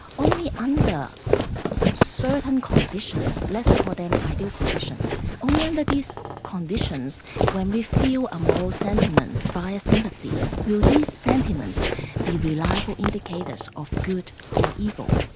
only under certain conditions, let's call them ideal conditions only under these conditions when we feel a moral sentiment via sympathy, will these sentiments give reliable indicators of good or evil?